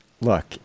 look